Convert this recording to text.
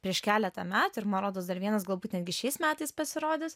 prieš keletą metų ir man rodos dar vienas galbūt netgi šiais metais pasirodys